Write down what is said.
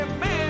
man